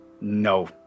No